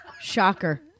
Shocker